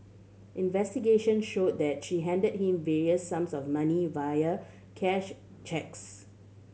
investigations showed that she handed him various sums of money via cash cheques